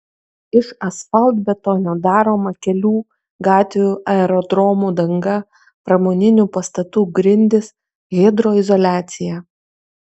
iš asfaltbetonio daroma kelių gatvių aerodromų danga pramoninių pastatų grindys hidroizoliacija